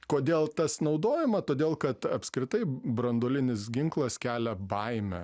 kodėl tas naudojama todėl kad apskritai branduolinis ginklas kelia baimę